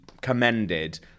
commended